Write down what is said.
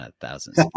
thousands